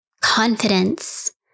confidence